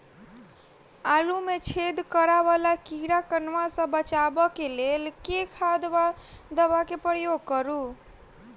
आलु मे छेद करा वला कीड़ा कन्वा सँ बचाब केँ लेल केँ खाद वा दवा केँ प्रयोग करू?